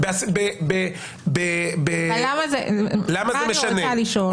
למה זה משנה?